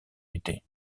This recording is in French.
l’été